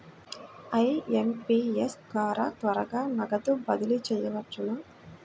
IMPS ద్వారా త్వరగా నగదు బదిలీ చేయవచ్చునా?